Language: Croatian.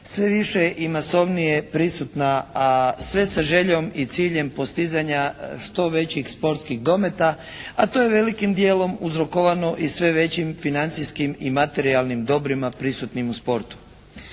sve više i masovnije prisutna, a sve sa željom i ciljem postizanja što većih sportskih dometa, a to je velikim dijelom uzrokovano i sve većim financijskim i materijalnim dobrima prisutnim u sportu.